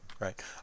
Right